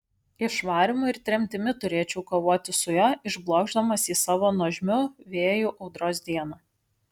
išvarymu ir tremtimi turėčiau kovoti su juo išblokšdamas jį savo nuožmiu vėju audros dieną